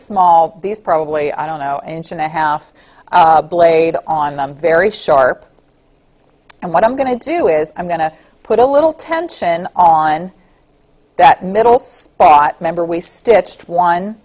these probably i don't know inch and a half blade on them very sharp and what i'm going to do is i'm going to put a little tension on that middle spot member we stitched one